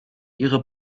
ihre